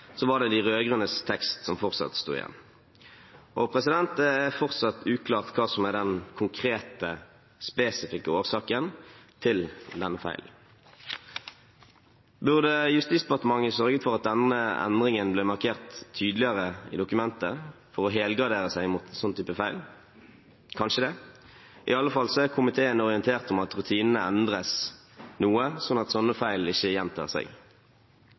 var det de rød-grønnes tekst som fortsatt sto igjen. Det er fortsatt uklart hva som er den konkrete, spesifikke årsaken til denne feilen. Burde Justis- og beredskapsdepartementet sørget for at denne endringen ble markert tydeligere i dokumentet for å helgardere seg mot en sånn type feil? Kanskje det. Iallfall er komiteen orientert om at rutinene endres noe, slik at sånne feil ikke gjentar seg.